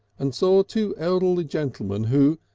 and saw two elderly gentlemen who,